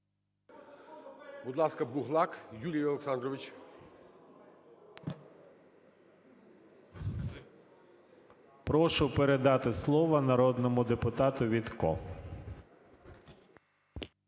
Прошу передати слово народному депутату Вітко.